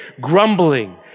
grumbling